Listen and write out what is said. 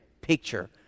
picture